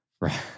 Right